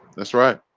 that's right,